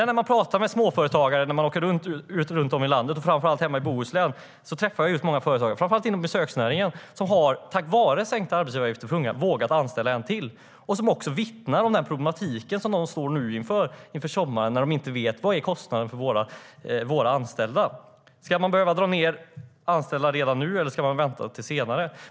När jag träffar småföretagare ute i landet, framför allt hemma i Bohuslän, har jag mött många inom särskilt besöksnäringen som tack vare de sänkta arbetsgivaravgifterna för unga har vågat anställa en till. De vittnar också om den problematik som de står inför i sommar när de inte vet vilken kostnaden för deras anställda blir. Ska man behöva dra ned antalet anställda redan nu, eller ska man vänta till senare?